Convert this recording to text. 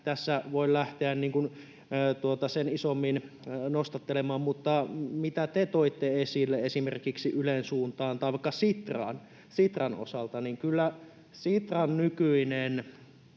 tässä voi lähteä sen isommin nostattelemaan, mutta mitä te toitte esille esimerkiksi Ylen suuntaan tai vaikka Sitran osalta, niin kyllähän Sitran nykyinen